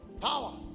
Power